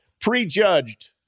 prejudged